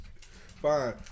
Fine